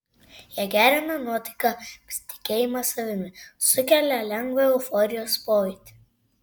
jie gerina nuotaiką pasitikėjimą savimi sukelia lengvą euforijos pojūtį